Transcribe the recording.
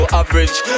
average